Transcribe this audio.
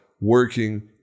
working